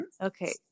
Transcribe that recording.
Okay